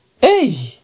Hey